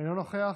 אינו נוכח,